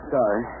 Sorry